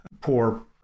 poor